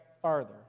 farther